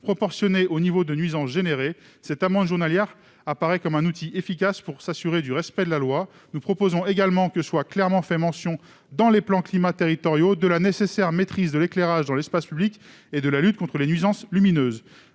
proportionnée au niveau des nuisances produites. Une amende journalière paraît être un outil efficace pour s'assurer du respect de la loi. Nous proposons également que soit clairement fait mention dans les plans climat-air-énergie territoriaux (PCAET) de la nécessaire maîtrise de l'éclairage dans l'espace public et de la lutte contre les nuisances lumineuses.